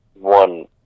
one